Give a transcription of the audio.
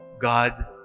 God